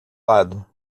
lado